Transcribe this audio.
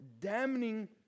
damning